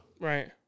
Right